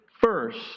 first